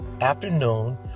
afternoon